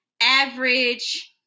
average